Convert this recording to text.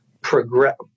progress